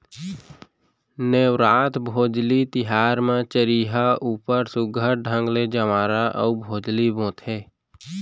नेवरात, भोजली तिहार म चरिहा ऊपर सुग्घर ढंग ले जंवारा अउ भोजली बोथें